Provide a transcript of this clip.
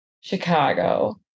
Chicago